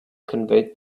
conveyed